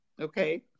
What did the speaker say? okay